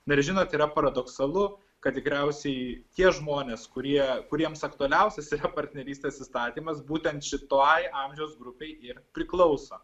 dar žinot yra paradoksalu kad tikriausiai tie žmonės kurie kuriems aktualiausias yra partnerystės įstatymas būtent šitoj amžiaus grupei ir priklauso